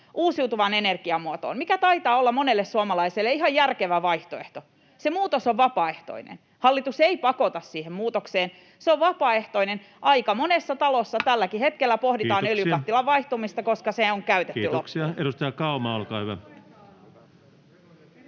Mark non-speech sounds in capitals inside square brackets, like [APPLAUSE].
uusiutuvan energian muotoon — mikä taitaa olla monelle suomalaiselle ihan järkevä vaihtoehto — niin se muutos on vapaaehtoinen. Hallitus ei pakota siihen muutokseen. Se on vapaaehtoinen. Aika monessa talossa tälläkin hetkellä [NOISE] pohditaan öljykattilan vaihtamista, koska se on käytetty loppuun. [Speech 54] Speaker: